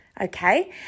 Okay